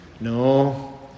No